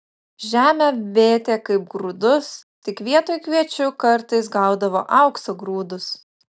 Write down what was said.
žemę vėtė kaip grūdus tik vietoj kviečių kartais gaudavo aukso grūdus